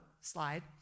slide